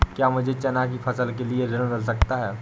क्या मुझे चना की फसल के लिए ऋण मिल सकता है?